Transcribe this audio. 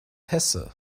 hesse